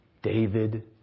David